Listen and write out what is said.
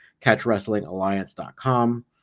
catchwrestlingalliance.com